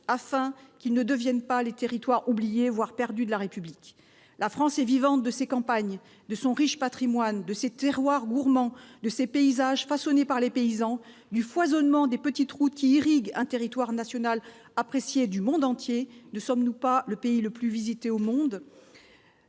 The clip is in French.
afin que ceux-ci ne deviennent pas les territoires oubliés, voire perdus de la République. La France est vivante de ses campagnes, de son riche patrimoine, de ses terroirs gourmands, de ses paysages façonnés par les paysans, du foisonnement des petites routes qui irriguent un territoire national apprécié du monde entier. Ne sommes-nous pas le pays le plus visité au monde ?